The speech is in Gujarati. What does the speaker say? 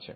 છે